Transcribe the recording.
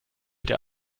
der